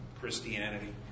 Christianity